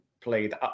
played